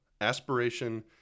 aspiration